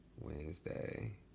Wednesday